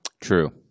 True